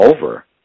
over